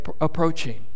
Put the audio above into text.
approaching